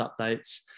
updates